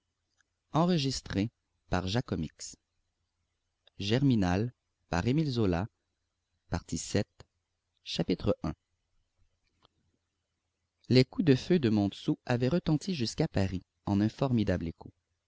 i les coups de feu de montsou avaient retenti jusqu'à paris en un formidable écho